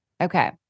Okay